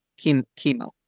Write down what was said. chemo